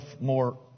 more